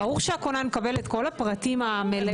ברור שהכונן מקבל את כל הפרטים המלאים.